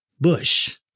bush